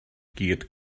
gyd